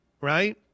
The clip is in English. right